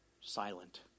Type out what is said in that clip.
silent